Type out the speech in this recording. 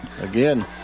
Again